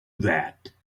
that